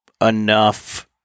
enough